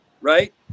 right